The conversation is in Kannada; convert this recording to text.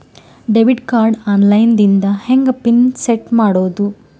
ಡೆಬಿಟ್ ಕಾರ್ಡ್ ಆನ್ ಲೈನ್ ದಿಂದ ಹೆಂಗ್ ಪಿನ್ ಸೆಟ್ ಮಾಡೋದು?